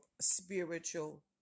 spiritual